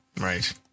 Right